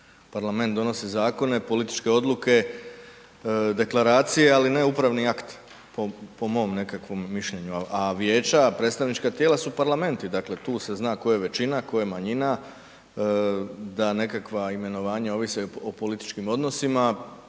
Parlament donosi zakone, političke odluke, deklaracije, ali ne upravni akt. Po mom nekakvom mišljenju, a vijeća, predstavnička tijela su parlamenti, dakle, tu se zna tko je većina, tko je manjina, da nekakva imenovanja odnose o političkim odnosima,